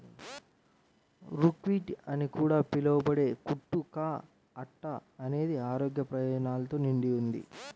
buckwheat అని కూడా పిలవబడే కుట్టు కా అట్ట అనేది ఆరోగ్య ప్రయోజనాలతో నిండి ఉంది